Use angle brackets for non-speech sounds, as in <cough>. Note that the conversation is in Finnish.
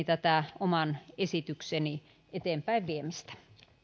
<unintelligible> tätä oman esitykseni eteenpäinviemistä